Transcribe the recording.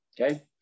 Okay